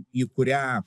į kurią